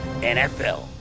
NFL